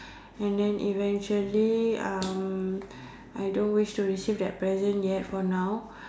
and then eventually uh I don't wish to receive that present yet for now